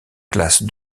classe